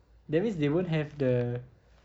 that means they won't have the